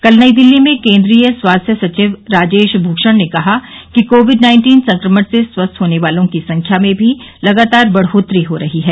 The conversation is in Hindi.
कल नई दिल्ली में केन्द्रीय स्वास्थ्य सचिव राजेश भूषण ने कहा कि कोविड नाइन्टीन संक्रमण से स्वस्थ होने वालों की संख्या में भी लगातार बढोतरी हो रही है